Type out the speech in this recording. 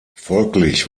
folglich